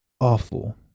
Awful